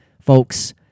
folks